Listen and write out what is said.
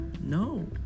no